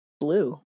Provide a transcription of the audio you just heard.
Blue